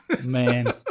Man